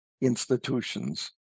institutions